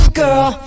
girl